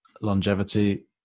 longevity